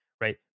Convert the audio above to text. right